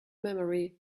memory